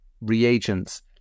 reagents